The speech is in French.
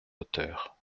hauteur